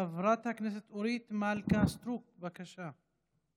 חברת הכנסת אורית מלכה סטרוק, בבקשה.